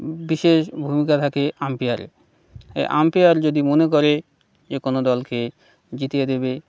বিশেষ ভূমিকা থাকে আম্পায়ারের এই আম্পায়ার যদি মনে করে যে কোনো দলকে জিতিয়ে দেবে